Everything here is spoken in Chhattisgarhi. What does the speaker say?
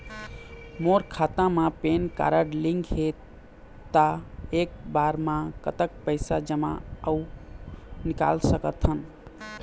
मोर खाता मा पेन कारड लिंक हे ता एक बार मा कतक पैसा जमा अऊ निकाल सकथन?